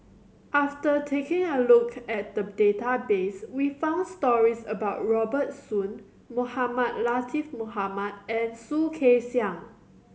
after taking a look at the database we found stories about Robert Soon Mohamed Latiff Mohamed and Soh Kay Siang